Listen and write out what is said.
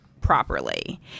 properly